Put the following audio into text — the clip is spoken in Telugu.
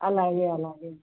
అలాగే అలాగే